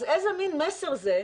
אז איזה מין מסר זה?